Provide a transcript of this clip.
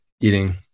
eating